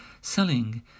selling